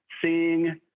seeing